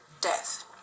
death